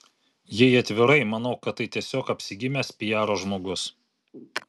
jei atvirai manau kad tai tiesiog apsigimęs piaro žmogus